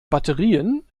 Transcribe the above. batterien